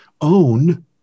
own